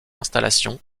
installation